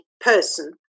person